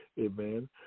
Amen